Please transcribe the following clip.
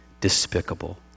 despicable